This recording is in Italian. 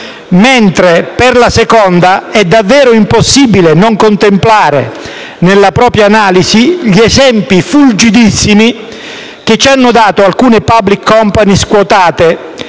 mentre per la seconda è davvero impossibile non contemplare nella propria analisi gli esempi fulgidissimi che ci hanno dato alcune *public company* "squotate"e